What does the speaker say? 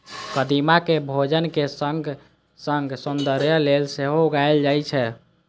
कदीमा कें भोजनक संग संग सौंदर्य लेल सेहो उगायल जाए छै